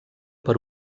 per